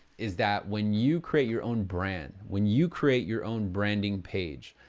is that when you create your own brand, when you create your own branding page,